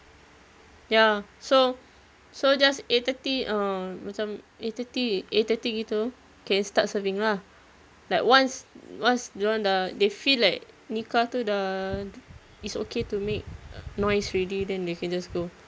ya so so just eight thirty a'ah macam eight thirty eight thirty gitu okay start serving lah like once once dorang dah they feel like nikah tu dah is okay to make noise already then they can just go